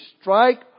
strike